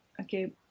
Okay